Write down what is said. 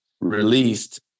released